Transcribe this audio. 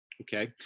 Okay